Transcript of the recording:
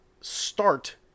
start